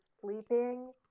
sleeping